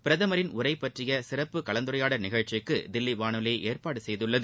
பிரதமரின் உரை பற்றிய சிறப்பு கலந்துரையாடல் நிகழ்ச்சிக்கு தில்லி வானொலி ஏற்பாடு செய்துள்ளது